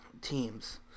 teams